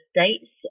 States